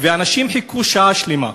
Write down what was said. ואנשים חיכו שעה שלמה.